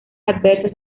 adversos